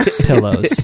pillows